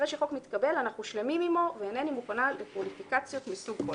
אחרי שחוק מתקבל הננו שלמים עמו ואינני מוכנה לפוליטיקציות מסוג כלשהו".